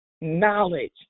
knowledge